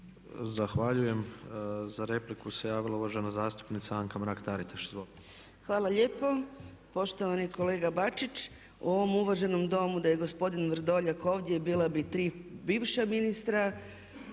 Zahvaljujem. Za repliku se javila uvažena zastupnica Anka Mrak-Taritaš. Izvolite. **Mrak-Taritaš, Anka (HNS)** Hvala lijepo. Poštovani kolega Bačić u ovom uvaženom Domu da je gospodin Vrdoljak ovdje bila bi tri bivša ministra